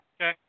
Okay